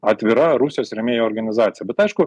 atvira rusijos rėmėjų organizacija bet aišku